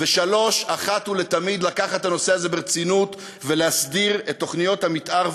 3. אחת ולתמיד לקחת את הנושא הזה ברצינות ולהסדיר את תוכניות המתאר,